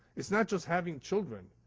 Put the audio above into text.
it's not just having children.